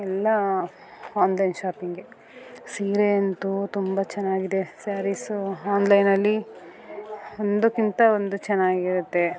ಎಲ್ಲ ಆನ್ಲೈನ್ ಶಾಪಿಂಗೆ ಸೀರೆ ಅಂತೂ ತುಂಬ ಚೆನ್ನಾಗಿದೆ ಸ್ಯಾರಿಸು ಆನ್ಲೈನಲ್ಲಿ ಒಂದಕ್ಕಿಂತ ಒಂದು ಚೆನ್ನಾಗಿರುತ್ತೆ